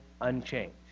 unchanged